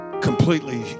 completely